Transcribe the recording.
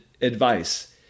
advice